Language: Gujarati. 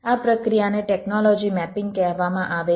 આ પ્રક્રિયાને ટેકનોલોજી મેપિંગ કહેવામાં આવે છે